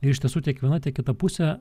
jie iš tiesų tiek viena tiek kita pusė